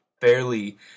fairly